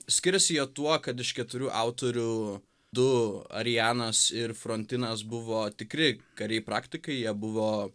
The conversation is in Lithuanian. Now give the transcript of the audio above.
skiriasi jie tuo kad iš keturių autorių du arianas ir frontinas buvo tikri kariai praktikai jie buvo